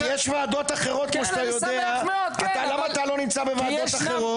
יש ועדות אחרות כמו שאתה יודע למה אתה לא נמצא בוועדות אחרות?